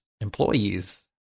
employees